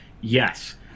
yes